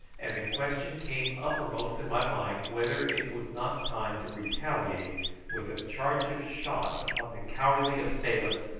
and the question came uppermost in my mind whether it was not time to retaliate with a charge of shot upon the cowardly assailants,